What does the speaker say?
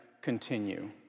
continue